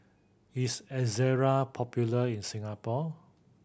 is Ezerra popular in Singapore